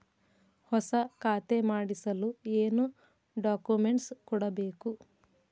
ಹೊಸ ಖಾತೆ ಮಾಡಿಸಲು ಏನು ಡಾಕುಮೆಂಟ್ಸ್ ಕೊಡಬೇಕು?